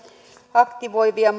aktivoivia